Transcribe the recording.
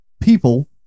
people